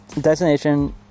destination